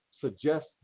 suggest